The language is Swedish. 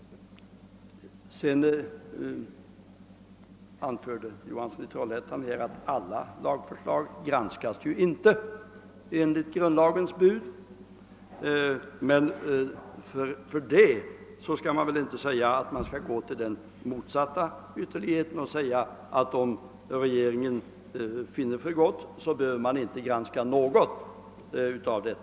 Herr Johansson i Trollhättan anförde vidare, att enligt grundlagens bud inte alla lagförslag granskas. Men fördenskull behöver man väl inte gå till den motsatta ytterligheten och säga att regeringen, om den så finner för gott, inte behöver låta granska något förslag.